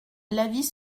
l’avis